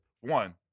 one